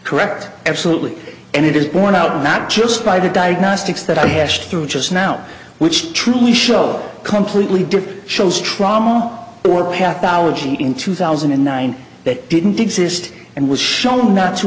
correct absolutely and it is borne out not just by the diagnostics that i have through just now which truly show completely different shows trauma or packed allergy in two thousand and nine that didn't exist and was shown not to